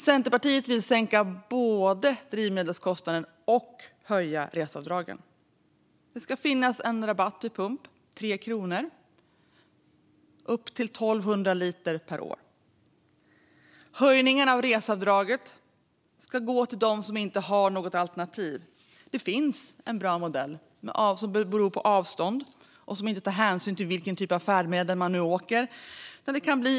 Centerpartiet vill både sänka drivmedelskostnaderna och höja reseavdragen. Det ska finnas en rabatt på 3 kronor vid pump, och den ska gälla upp till 1 200 liter per år. Höjningarna av reseavdraget ska gå till dem som inte har något alternativ. Det finns en bra modell, där det hela beror på avstånd. Denna modell tar inte hänsyn till vilken typ av färdmedel man åker med.